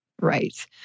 Right